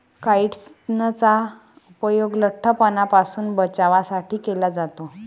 काइट्सनचा उपयोग लठ्ठपणापासून बचावासाठी केला जातो